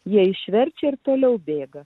jie išverčia ir toliau bėga